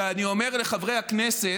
ואני אומר לחברי הכנסת: